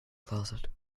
closet